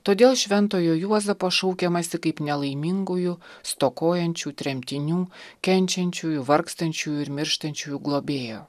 todėl šventojo juozapo šaukiamasi kaip nelaimingųjų stokojančių tremtinių kenčiančiųjų vargstančiųjų ir mirštančiųjų globėjo